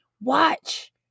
Watch